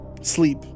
Sleep